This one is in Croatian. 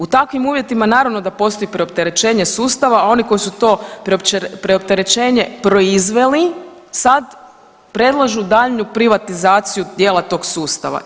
U takvim uvjetima naravno da postoji preopterećenje sustava, a oni koji su to preopterećenje proizveli, sad predlažu daljnju privatizaciju dijela tog sustava.